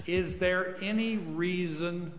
is there any reason